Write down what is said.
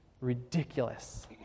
Ridiculous